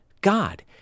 God